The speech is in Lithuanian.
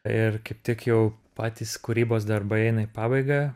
ir kaip tik jau patys kūrybos darbai eina į pabaigą